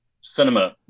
cinema